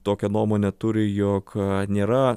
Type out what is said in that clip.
tokią nuomonę turi jog nėra